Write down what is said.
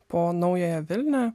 po naująją vilnią